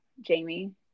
Jamie